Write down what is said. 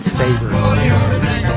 favorite